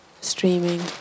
streaming